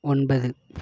ஒன்பது